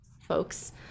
folks